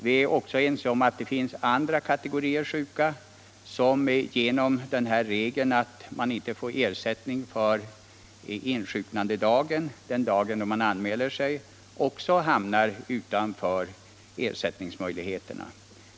Vi är också överens om att det även finns andra kategorier sjuka, som genom regeln att inte få ersättning för insjuknandedagen —- den dag då sjukdomen anmäls - hamnar utanför ersättningsmöjligheterna.